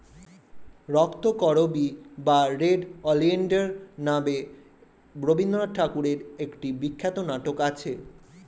রক্তকরবী বা red oleander নামে রবিন্দ্রনাথ ঠাকুরের একটি বিখ্যাত নাটক আছে